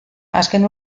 azken